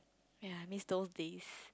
ya I miss those days